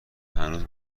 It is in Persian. هنوز